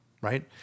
right